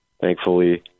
thankfully